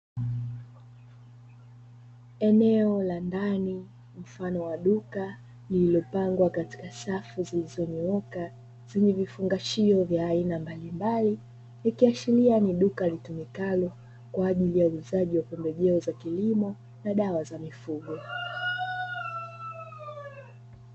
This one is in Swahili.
Eneo la ndani mfano wa duka lililopangwa katika Safu zilizonyooka zenye vifungashio vya aina mbalimbali, ikiashiria ni duka litumikalo kwa ajili ya uuzaji wa pembejeo za kilimo na dawa za mifugo.